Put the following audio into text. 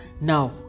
Now